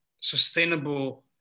sustainable